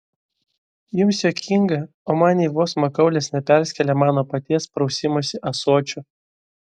jums juokinga o man ji vos makaulės neperskėlė mano paties prausimosi ąsočiu